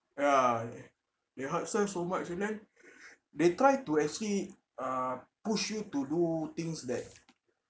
ya they hard sell so much and then they try to actually uh push you to do things that